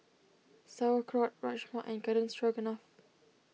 Sauerkraut Rajma and Garden Stroganoff